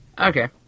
Okay